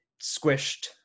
squished